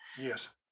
Yes